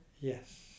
Yes